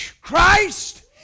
Christ